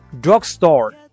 Drugstore